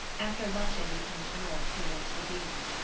after luncheon we turned north, toward the dunes.